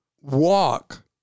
walk